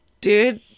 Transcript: Dude